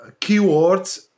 keywords